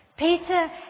Peter